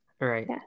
right